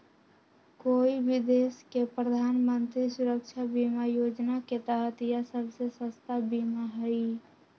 कोई भी देश के प्रधानमंत्री सुरक्षा बीमा योजना के तहत यह सबसे सस्ता बीमा हई